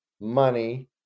money